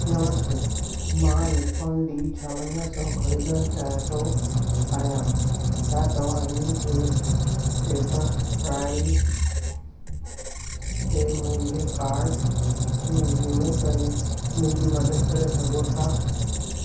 नमस्ते मां Nikon D छावंजाहु सौ ख़रीदणु चाहियां थो आहियां छा तव्हां हिन खे पेप्परफ्राई ते मुंहिंजे कार्ट में जोड़े करे मुंहिंजी मदद करे सघो था